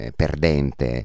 perdente